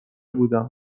بودم